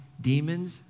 demons